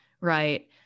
right